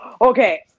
Okay